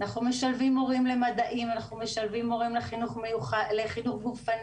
אנחנו משלבים מורים למדעים וחינוך גופני,